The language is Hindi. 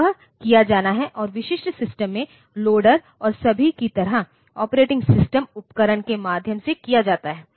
तो वह किया जाना है और विशिष्ट सिस्टम में लोडर और सभी की तरह ऑपरेटिंग सिस्टम उपकरण के माध्यम से किया जाता है